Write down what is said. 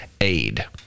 aid